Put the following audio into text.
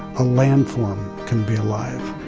a landform can be alive.